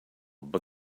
but